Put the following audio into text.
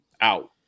out